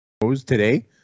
today